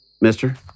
Mister